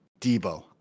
Debo